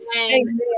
Amen